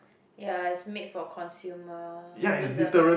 ya it's made for consumer reason